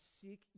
seek